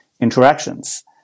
interactions